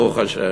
ברוך השם,